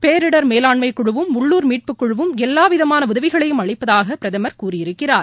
பேரிடர் மேலாண்மைக் குழுவும் உள்ளூர் மீட்புக் குழுவும் எல்லாவிதமான உதவிகளையும் அளிப்பதாக பிரதமர் கூறியிருக்கிறார்